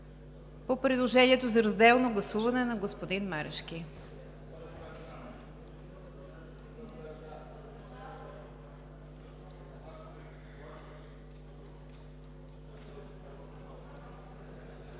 по предложението за разделно гласуване на господин Марешки.